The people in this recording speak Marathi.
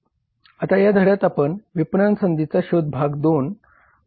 आता या धड्यात आपण विपणन संधींचा शोध भाग 2 वर चर्चा करणार आहोत